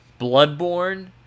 Bloodborne